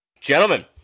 Gentlemen